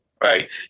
right